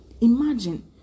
imagine